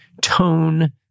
tone